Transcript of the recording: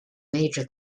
major